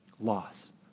loss